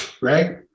right